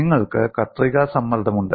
നിങ്ങൾക്ക് കത്രിക സമ്മർദ്ദമുണ്ട്